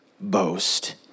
boast